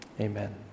Amen